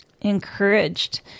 encouraged